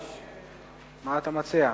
מה אתה מציע?